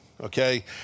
okay